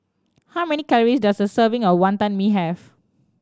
how many calories does a serving of Wantan Mee have